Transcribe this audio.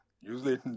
usually